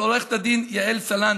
אבל אני רוצה להודות לעורכת הדין יעל סלנט,